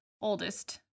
oldest